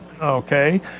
Okay